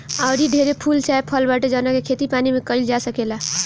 आऊरी ढेरे फूल चाहे फल बाटे जावना के खेती पानी में काईल जा सकेला